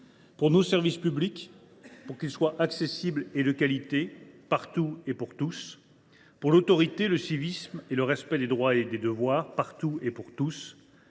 pour nos services publics, pour qu’ils soient accessibles et de qualité, partout et pour tous ; pour l’autorité, le civisme et le respect des droits et des devoirs, partout et pour tous